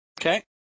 Okay